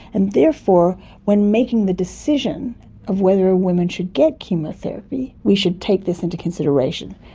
and therefore when making the decision of whether a woman should get chemotherapy we should take this into consideration,